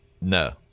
No